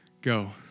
go